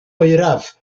oeraf